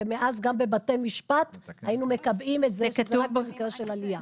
ומאז גם בבתי משפט היינו מקבעים את זה במקרה של עלייה.